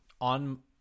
on